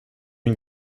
une